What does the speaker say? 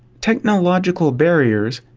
technological barriers.